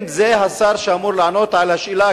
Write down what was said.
אם זה השר שאמור לענות על השאלה,